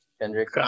Kendrick